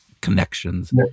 connections